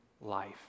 life